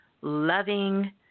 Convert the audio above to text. loving